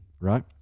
right